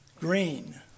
green